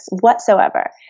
whatsoever